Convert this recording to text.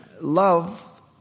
love